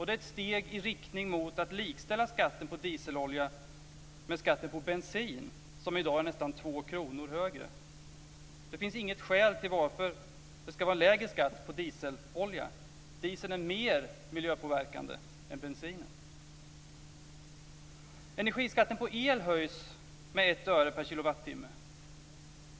Det är ett steg i riktning mot att likställa skatten på dieselolja med den på bensin, som i dag är nästan 2 kr högre. Det finns inget skäl till varför det skall vara lägre skatt på dieselolja, eftersom dieseln är mer miljöpåverkande än bensinen. Energiskatten på el höjs med 1 öre per kilowattimme.